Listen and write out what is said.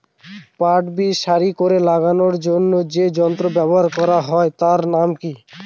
পাট বীজ সারি করে লাগানোর জন্য যে যন্ত্র ব্যবহার হয় তার নাম কি?